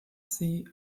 sie